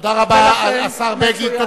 תודה רבה לשר בגין.